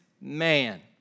man